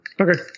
Okay